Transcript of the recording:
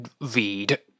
read